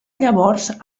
llavors